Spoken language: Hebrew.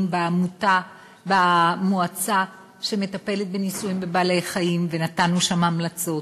במועצה שמטפלת בניסויים בבעלי-חיים ונתנו שם המלצות,